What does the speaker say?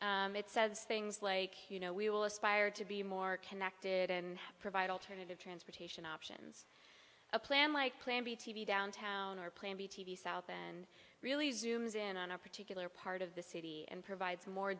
broad it says things like you know we will aspire to be more connected and provide alternative transportation options a plan like plan b t v downtown or plan b t v south and really zooms in on a particular part of the city and provides more